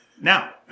Now